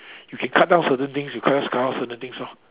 you can cut down certain things you just cut out certain things lor